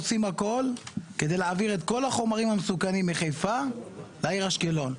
עושים הכול כדי להעביר את כל החומרים המסוכנים מחיפה לעיר אשקלון.